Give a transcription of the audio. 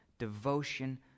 devotion